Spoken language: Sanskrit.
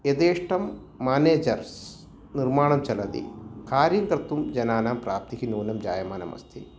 यथेष्टं मानेजर्स् निर्माणं चलति कार्यं कर्तुं जनानां प्राप्तिः नूनं जायमानम् अस्ति